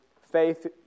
faith